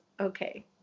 Okay